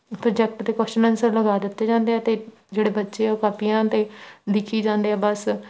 project 'ਤੇ question answer ਲਗਾ ਦਿੱਤੇ ਜਾਂਦੇ ਹੈ ਅਤੇ ਜਿਹੜੇ ਬੱਚੇ ਆ ਉਹ ਕਾਪੀਆਂ 'ਤੇ ਲਿਖੀ ਜਾਂਦੇ ਆ ਬਸ